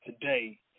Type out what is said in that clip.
today